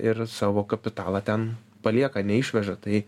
ir savo kapitalą ten palieka neišveža tai